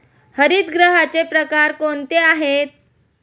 हरितगृहाचे प्रकार कोणते आहेत?